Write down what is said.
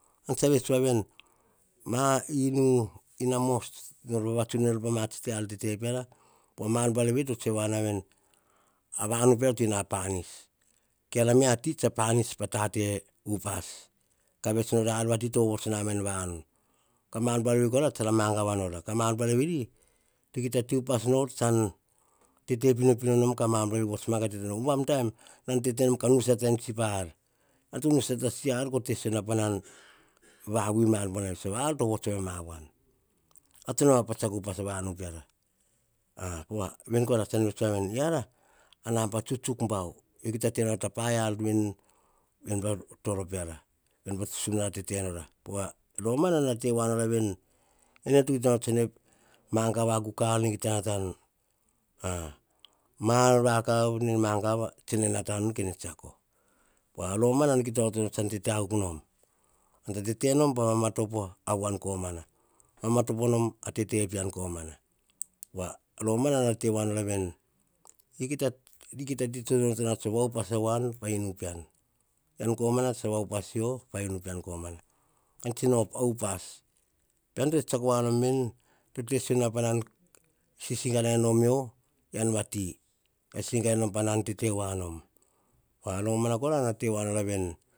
Ean tsa vets wa veni, ina inu ina mos, nor vava tsun nor, ma tsi ar tete peara, pa mar buanavi to tsoe woa na vene, a vanu peara in panis, ke yiara ti tsa panis pa tate upas. Ka vets nor a ar vati to vovots na ma en vanu. Ka mar bua na vi kora tsa ra mangava nora, ka mar buar veni kita te upas tsan tete pino, pino nom ka mar veri vots ma umbam taim nan tete nom ka. nu sataim tsi pa ar, ean to nu sata tsi ar, ko te sisio panan va vui ma ar vui. So ar to vots ove ma wan, ar to noma pa tsiako upas a vanu peara. Pova ven kora tsan vets woa ven, yiara a namba na tsuktsuk bau, kita ta nor ta paia ar veni, veni pa toro peara, po sum nara tete nora, pova romana nara te nora veni, ene to kita onoto nu tsene mangava akuk ta ar nene kita magavanu ar nene kita nata nu, ma ar vakav nene magava nene nata nu tsene tsiako, romana tsan kita tete akuk nom, yian tsa tete nom ka mamatopo eyian komana, mama topo nom a tete pean komana, wa romana rana te wa nora veni, kita ti tsa va upas awan pa inu pean komana. Eyian komana tsa va upas yio pa inu pean komana. Ka tsi no op a upas. Pean to tsiako wa nom veni, tete sisiona panan sisinga na nom yio, yian va ti sisinga na nom pa nan tete wa nom.